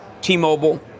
T-Mobile